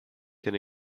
can